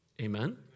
Amen